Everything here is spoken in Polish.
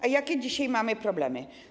A jakie dzisiaj mamy problemy?